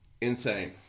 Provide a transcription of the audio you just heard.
Insane